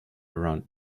around